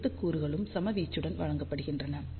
அனைத்து கூறுகளும் சம வீச்சுடன் வழங்கப்படுகின்றன